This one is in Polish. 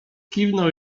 kiwnął